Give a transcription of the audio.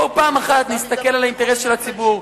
בואו פעם אחת נסתכל על האינטרס של הציבור,